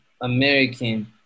American